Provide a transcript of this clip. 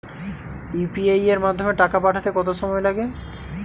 UPI এর মাধ্যমে টাকা পাঠাতে কত সময় লাগে?